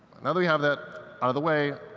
now that we have that out of the way,